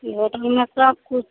ई होटलमे सबकिछु